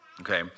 Okay